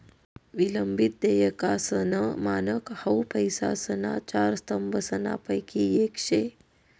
विलंबित देयकासनं मानक हाउ पैसासना चार स्तंभसनापैकी येक शे